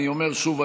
אני אומר שוב,